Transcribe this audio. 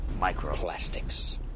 microplastics